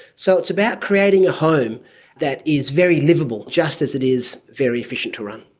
so it's about creating a home that is very liveable just as it is, very efficient to run.